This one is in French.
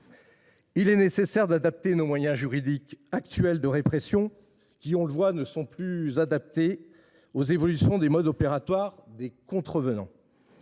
Il est nécessaire d’adapter nos moyens juridiques de répression, qui ne sont plus adaptés aux évolutions des modes opératoires des contrevenants.